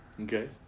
Okay